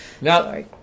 Now